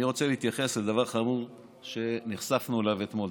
אני רוצה להתייחס לדבר חמור שנחשפנו אליו אתמול.